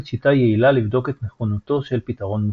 שיטה יעילה לבדוק את נכונותו של פתרון מוצע.